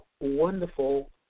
wonderful